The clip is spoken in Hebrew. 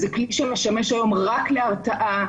זה כלי שמשמש היום רק להרתעה.